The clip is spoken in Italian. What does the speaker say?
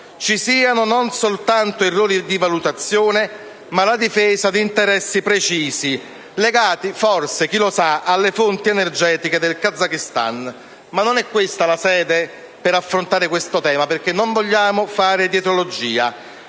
ci siano non soltanto errori di valutazione, ma la difesa di interessi precisi, legati forse alle fonti energetiche del Kazakistan. Ma non è questa la sede per affrontare questo tema, perché non vogliamo fare dietrologia.